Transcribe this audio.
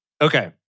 Okay